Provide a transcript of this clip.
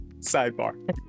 sidebar